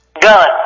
Gun